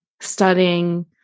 studying